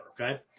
Okay